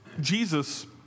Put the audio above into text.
Jesus